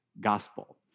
Gospel